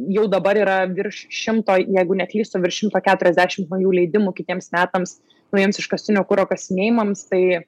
jau dabar yra virš šimto jeigu neklystu virš šimto keturiasdešimt naujų leidimų kitiems metams naujiems iškastinio kuro kasinėjimams tai